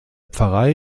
pfarrei